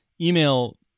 Email